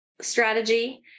strategy